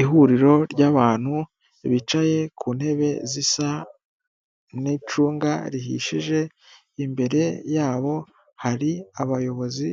Ihuriro ry'abantu bicaye ku ntebe zisa n'icunga rihishije imbere yabo hari abayobozi